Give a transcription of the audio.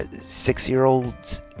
six-year-olds